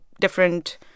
different